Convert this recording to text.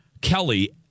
Kelly